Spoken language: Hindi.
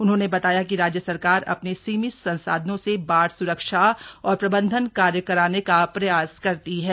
उन्होंने बताया कि राज्य सरकार अपने सीमित संसाधनों से बाढ़ स्रक्षा और प्रबंधन कार्य कराने का प्रयास करती है